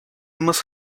must